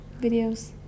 videos